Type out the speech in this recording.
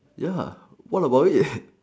ya what about it